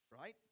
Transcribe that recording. Right